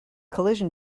collision